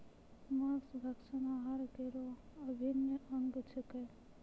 मांस भक्षण आहार केरो अभिन्न अंग छिकै